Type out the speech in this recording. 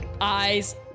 eyes